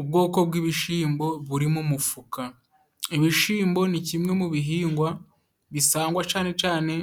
Ubwoko bw'ibishimbo buri mu mufuka. Ibishimbo ni kimwe mu bihingwa bisangwa cane cane